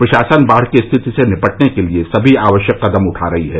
प्रशासन बाढ़ की स्थिति से निपटने के लिए समी आवश्यक कदम उठा रहा है